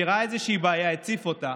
שראה איזושהי בעיה והציף אותה,